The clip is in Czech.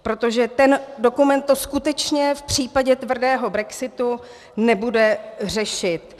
Protože ten dokument to skutečně v případě tvrdého brexitu nebude řešit.